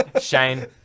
Shane